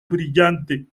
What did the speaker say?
brillante